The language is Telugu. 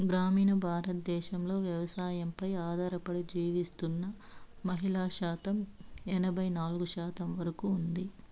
గ్రామీణ భారతదేశంలో వ్యవసాయంపై ఆధారపడి జీవిస్తున్న మహిళల శాతం ఎనబై నాలుగు శాతం వరకు ఉంది